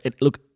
Look